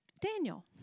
Daniel